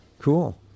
Cool